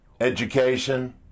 Education